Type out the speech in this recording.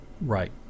Right